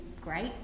great